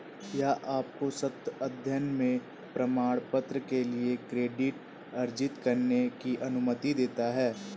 यह आपको सतत अध्ययन में प्रमाणपत्र के लिए क्रेडिट अर्जित करने की अनुमति देता है